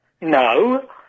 No